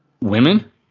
Women